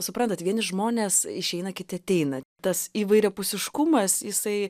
suprantat vieni žmonės išeina kiti ateina tas įvairiapusiškumas jisai